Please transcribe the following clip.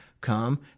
come